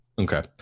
okay